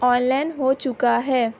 on line ہو چکا ہے